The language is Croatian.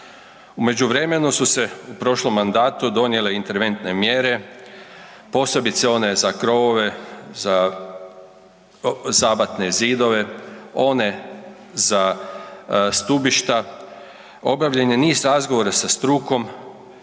U međuvremenu su se u prošlom mandatu donijele interventne mjere posebice one za krovove, za zabatne zidove, one za stubišta, obavljen je niz razgovora sa strukom,